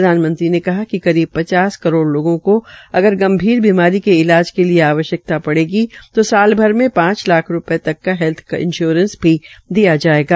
प्रधानमंत्री ने कहा कि करीब पचास करोड़ लोगों को अगर गंभीर बीमारी के इलाज के लिए आवश्यकता पड़ेगी तो साल भर में पांच लाख रूपय तक का हैल्थ इंशयोरेंस भी दिया जायेगा